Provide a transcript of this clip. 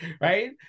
right